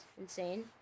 insane